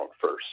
first